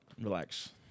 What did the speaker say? Relax